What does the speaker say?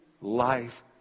life